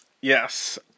Yes